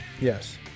Yes